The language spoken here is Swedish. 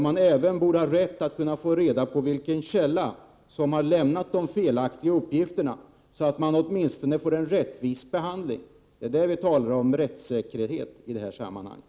Man borde även ha rätt att få reda på ur vilken källa de felaktiga uppgifterna kommer, så att man åtminstone får en rättvis behandling. Det är därför vi talar om rättssäkerhet i sammanhanget.